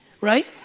right